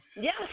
Yes